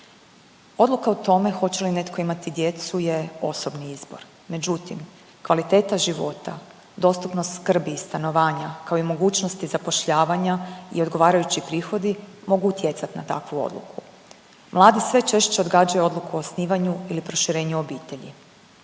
Odluka o tome hoće li netko imati djecu je osobni izbor, međutim kvaliteta života, dostupnost skrbi i stanovanja kao i mogućnosti zapošljavanja i odgovarajući prihodi mogu utjecati na takvu odluku. Mladi sve češće odgađaju odluku o osnivanju ili proširenju obitelji.